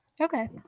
Okay